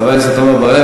חבר הכנסת עמר בר-לב.